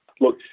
Look